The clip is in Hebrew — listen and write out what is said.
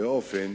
באופן